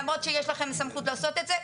למרות שיש לכם סמכות לעשות את זה.